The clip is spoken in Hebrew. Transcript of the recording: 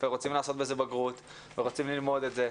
הם רוצים לעשות בזה בגרות, והם רוצים ללמוד את זה.